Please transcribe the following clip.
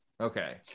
Okay